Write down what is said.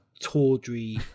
tawdry